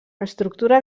estructura